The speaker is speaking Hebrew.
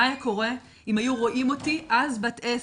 מה היה קורה אם היו רואים אותי אז בת עשר?